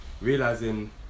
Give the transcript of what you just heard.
realizing